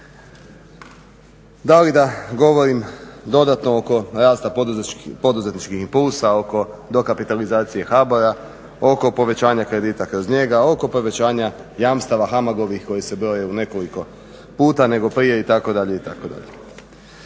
Da li da govorim dodatno oko rasta poduzetničkih impulsa, oko dokapitalizacije HBOR-a, oko povećanja kredita kroz njega, oko povećanja jamstava HAMAG-ovih koji se broje u nekoliko puta nego prije itd.,